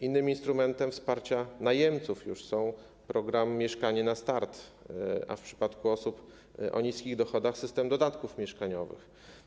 Innym instrumentem wsparcia już najemców jest program ˝Mieszkanie na start˝, a w przypadku osób o niskich dochodach - system dodatków mieszkaniowych.